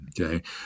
Okay